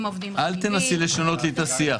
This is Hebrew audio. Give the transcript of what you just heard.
עובדים קבועים --- אל תנסי לשנות לי את השיח.